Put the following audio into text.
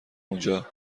اونجا